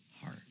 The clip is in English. heart